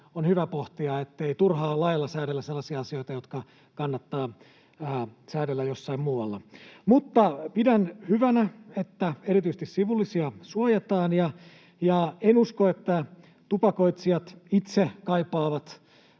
on hyvä pohtia, ettei turhaa lailla säädellä sellaisia asioita, jotka kannattaa säädellä jossain muualla. Mutta pidän hyvänä, että erityisesti sivullisia suojataan, ja en usko, että tupakoitsijat itse kaipaavat